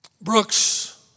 Brooks